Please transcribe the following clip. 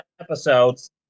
episodes